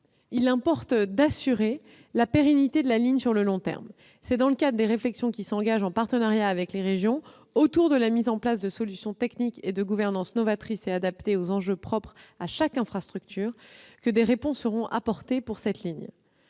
il importe d'assurer la pérennité de la ligne sur le long terme. C'est dans le cadre des réflexions qui s'engagent, en partenariat avec les régions, autour de la mise en place de solutions techniques et de gouvernance novatrices et adaptées aux enjeux propres à chaque infrastructure que des réponses seront apportées pour cette ligne.